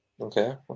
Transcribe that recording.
Okay